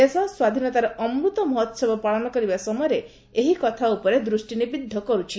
ଦେଶ ସ୍ୱାଧୀନତାର ଅମୃତ ମହୋହବ ପାଳନ କରିବା ସମୟରେ ଏହି କଥା ଉପରେ ଦୃଷ୍ଟି ନିବିଦ୍ଧ କର୍ ଛି